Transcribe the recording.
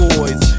Boys